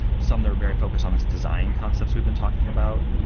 some they're very focused on this design concepts we've been talking about,